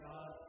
God